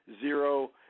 zero